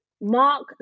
Mark